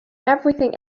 everything